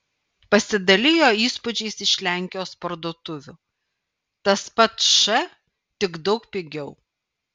pasidalijo įspūdžiais iš lenkijos parduotuvių tas pats š tik daug pigiau